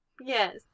Yes